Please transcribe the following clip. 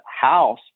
house